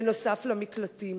נוסף על המקלטים.